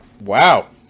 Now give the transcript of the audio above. wow